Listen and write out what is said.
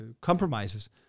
compromises